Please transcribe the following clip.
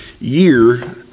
year